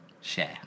share